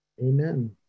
Amen